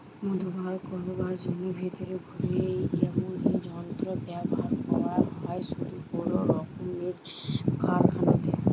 মধু বার কোরার জন্যে ভিতরে ঘুরে এমনি যন্ত্র ব্যাভার করা হয় শুধু বড় রক্মের কারখানাতে